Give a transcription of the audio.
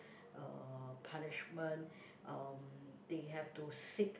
uh punishment um they have to seek